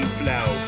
flow